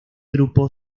grupo